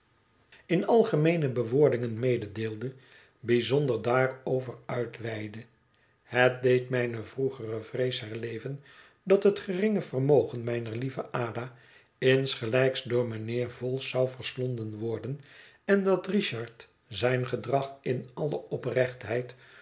in algemeene bewoordingen mededeelde bijzonder daarover uitweidde het deed mijne vroegere vrees hlerleven dat het geringe vermogen mijner lieve ada insgelijks door mijnheer vholes zou verslonden worden en dat richard zijn gedrag in alle